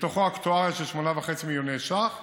ומתוכו הפסד אקטוארי של 8.5 מיליוני שקלים